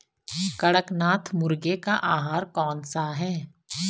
कड़कनाथ मुर्गे का आहार कौन सा है?